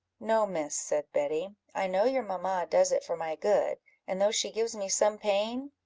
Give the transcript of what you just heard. no, miss, said betty, i know your mamma does it for my good and though she gives me some pain,